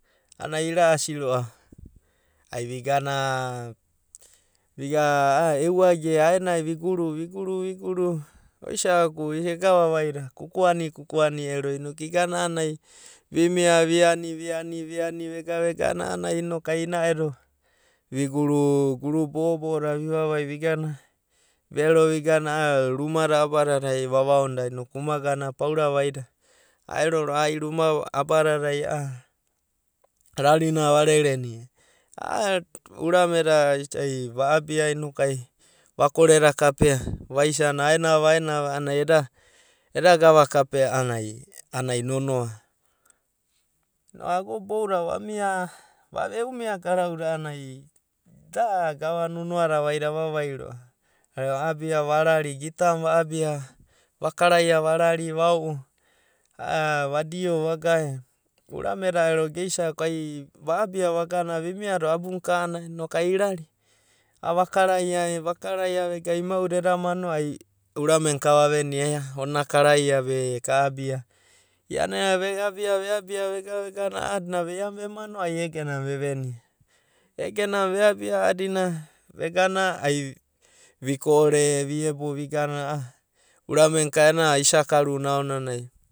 A’anano ai ira asi roa’va ai vigana, vigana a’a e’u age e aenai viguru, viguru, oisa’aku ega vavai da kuku ani kuku ani ero vevasina noku vigana a’anana ai viuia, viani, viani, viani, vegana a’anana ai inoku ai ina eda igura. guru bo’o bo’o da vivarai vigana viero vigana a’a ruma da abadai uavaono da inoku uma gana paurada vaida aero roa’va ai ruma da abadada e’a rarina varerer nia a’a urame da isai va’abi da vakore da kapea vaisana aenava aenava a’anana eda eda gava kapea a’anana ai nonoa. Ago da boudadai vamia, e’u mia garauda a’anai da gava nonoa da vaida a’avavai roa’va. Va’abia varari gitana va’abia vakaranaia varari va’o’o a’a vado, vagae urame da ero geisa’akua va’abia vagana nimiado abunaka noka ai irari avakaraia e vakeraia vegana ima uda eda mano ai urame naka vavinia ia ona karai beka ka’abia iana re’abia vegano a’anana iana veaiano ai ega nana re’venia. Egenana re’abia a’adina vegana aiviko ore nigana a’a uraule na ka ena isa karu na aonanai.